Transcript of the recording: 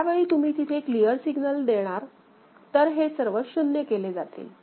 ज्यावेळी तुम्ही तिथे क्लियर सिग्नल देणार तर ही सर्व 0 केले जातील